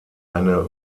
eine